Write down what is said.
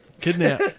Kidnap